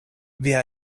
via